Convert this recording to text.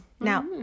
Now